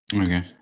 Okay